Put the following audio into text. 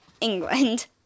england